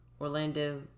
Orlando